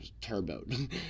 turboed